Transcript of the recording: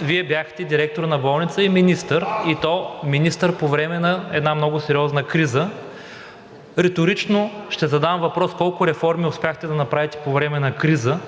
Вие бяхте директор на болница и министър, и то министър по време на една много сериозна криза. Риторично ще задам въпрос: колко реформи успяхте да направите по време на криза,